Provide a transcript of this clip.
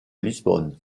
lisbonne